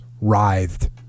writhed